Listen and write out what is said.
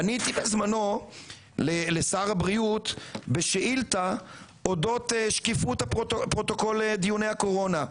פניתי לשר הבריאות בשאילתה אודות שקיפות פרוטוקול דיוני הקורונה.